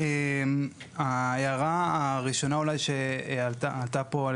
ההערה הראשונה שעלתה פה,